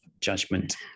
judgment